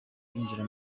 yinjira